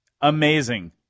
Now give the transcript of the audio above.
Amazing